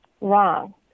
Wrong